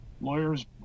lawyers